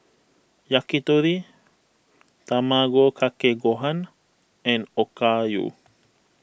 Yakitori Tamago Kake Gohan and Okayu